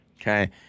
Okay